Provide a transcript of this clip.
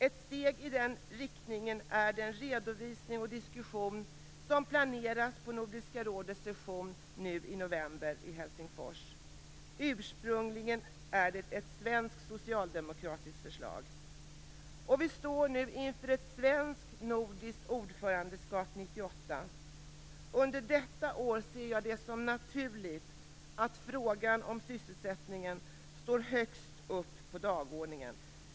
Ett steg i den riktningen är den redovisning och diskussion som planeras på Nordiska rådets session nu i november i Helsingfors. Ursprungligen är det ett svenskt socialdemokratiskt förslag. Vi står nu inför ett svenskt ordförandeskap i Nordiska rådet 1998. Under detta år ser jag det som naturligt att frågan om sysselsättningen står högst upp på dagordningen.